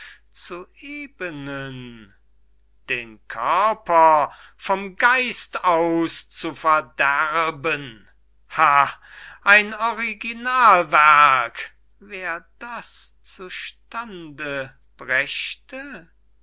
zu ebenen den körper vom geist aus zu verderben ha ein originalwerk wer das zu stand brächte